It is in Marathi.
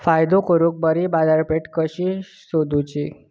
फायदो करून बरी बाजारपेठ कशी सोदुची?